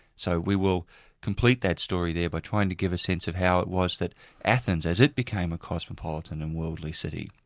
so we will complete that story there by trying to give a sense of how it was that athens, as it became a cosmopolitan and worldly city,